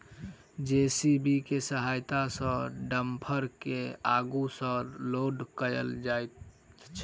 JCB के सहायता सॅ डम्फर के आगू सॅ लोड कयल जाइत छै